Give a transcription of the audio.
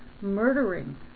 murdering